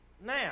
now